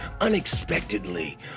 unexpectedly